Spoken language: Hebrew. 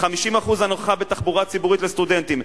50% הנחה בתחבורה ציבורית לסטודנטים,